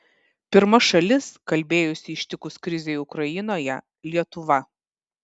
pirma šalis kalbėjusi ištikus krizei ukrainoje lietuva